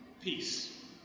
Peace